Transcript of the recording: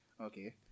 okay